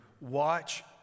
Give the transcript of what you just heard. Watch